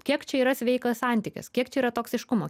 kiek čia yra sveikas santykis kiek čia yra toksiškumo